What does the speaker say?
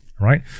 right